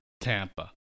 Tampa